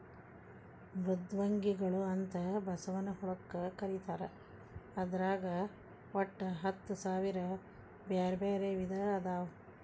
ಮೃದ್ವಂಗಿಗಳು ಅಂತ ಬಸವನ ಹುಳಕ್ಕ ಕರೇತಾರ ಅದ್ರಾಗ ಒಟ್ಟ ಹತ್ತಸಾವಿರ ಬ್ಯಾರ್ಬ್ಯಾರೇ ವಿಧ ಅದಾವು